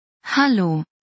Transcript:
Hallo